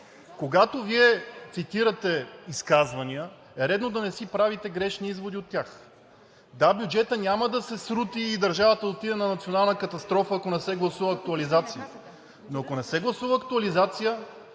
когато Вие цитирате изказвания, е редно да не си правите грешни изводи от тях. Да, бюджетът няма да срути и държавата отива на национална катастрофа, ако не се гласува актуализация, но ако не се гласува актуализация,